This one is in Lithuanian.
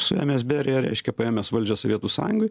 suėmęs beriją reiškia paėmęs valdžią sovietų sąjungoj